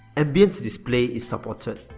ambient display is supported.